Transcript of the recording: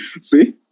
See